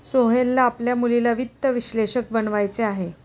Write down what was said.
सोहेलला आपल्या मुलीला वित्त विश्लेषक बनवायचे आहे